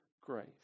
grace